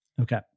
Okay